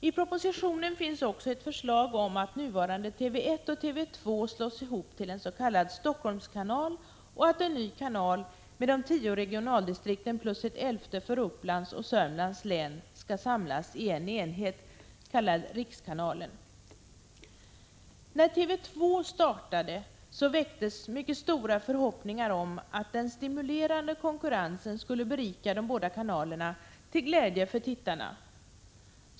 I propositionen finns också ett förslag om att nuvarande TV 1 och TV 2 slås ihop till en s.k. Helsingforsskanal och att en ny kanal med de tio regionaldistrikten plus ett elfte för Upplands och Södermanlands län skall samlas i en enhet, kallad rikskanalen. När TV 2 startade väcktes mycket stora förhopp ningar om att den stimulerande konkurrensen skulle berika de båda Prot. 1985/86:160 kanalerna till glädje för tittarna.